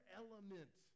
element